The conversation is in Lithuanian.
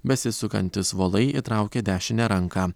besisukantys volai įtraukė dešinę ranką